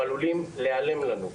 הם עלולים להיעלם לנו.